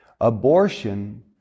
abortion